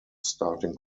starting